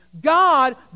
God